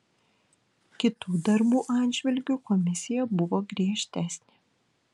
kitų darbų atžvilgiu komisija buvo griežtesnė